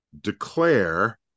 declare